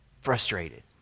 frustrated